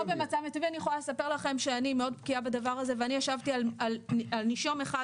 לא במצב מיטבי,